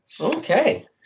Okay